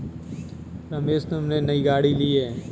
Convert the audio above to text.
रमेश तुमने नई गाड़ी ली हैं